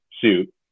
suit